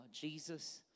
Jesus